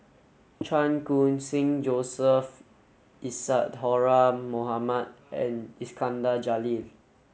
Chan Khun Sing Joseph Isadhora Mohamed and Iskandar Jalil